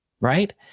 right